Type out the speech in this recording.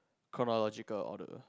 chronological order